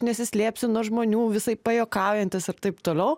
nesislėpsiu nuo žmonių visaip pajuokaujantis ir taip toliau